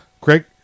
Craig